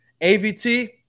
AVT